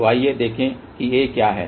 तो आइए देखें कि A क्या है